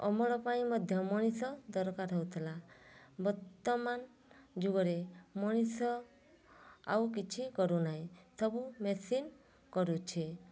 ଅମଳ ପାଇଁ ମଧ୍ୟ ମଣିଷ ଦରକାର ହେଉଥିଲା ବର୍ତ୍ତମାନ ଯୁଗରେ ମଣିଷ ଆଉ କିଛି କରୁନାହିଁ ସବୁ ମେସିନ୍ କରୁଛି